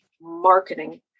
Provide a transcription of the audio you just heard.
marketing